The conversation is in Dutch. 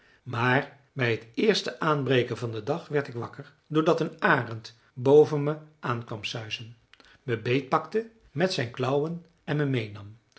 maar bij t eerste aanbreken van den dag werd ik wakker doordat een arend boven me aan kwam suisen me beetpakte met zijn klauwen en me meênam